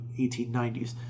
1890s